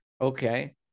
okay